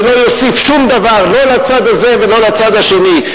זה לא יוסיף שום דבר, לא לצד הזה ולא לצד השני.